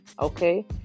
Okay